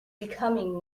becoming